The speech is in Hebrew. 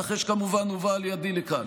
אחרי שכמובן הובאה על ידי לכאן,